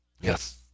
yes